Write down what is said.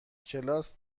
کلاس